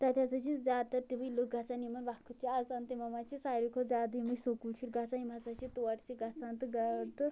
تتہِ ہسا چھِ زیادٕ تر تمٕے لوٗکھ گژھان یِمن وقت چھُ آسان تِمو منٛز چھُ ساروٕے کھۄتہٕ زیادٕ یمٕے سکوٗل شُری گژھان یِم ہسا چھِ تور چھِ گژھان تہٕ ٲں تہٕ